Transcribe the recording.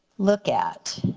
look at.